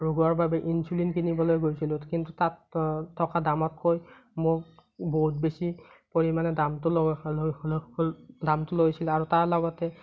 ৰোগৰ বাবে ইঞ্চুলিন কিনিবলৈ গৈছিলোঁ কিন্তু তাত থকা দামতকৈ মোক বহুত বেছি পৰিমাণে দামটো দামটো লৈছিল আৰু তাৰ লগতে